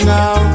now